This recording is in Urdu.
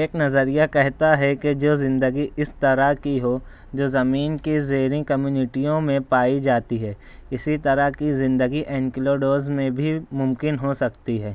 ایک نظریہ کہتا ہے کہ جو زندگی اس طرح کی ہو جو زمین کے زیریں کمیونٹیوں میں پائی جاتی ہے اسی طرح کی زندگی انکلوڈوز میں بھی ممکن ہو سکتی ہے